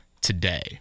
today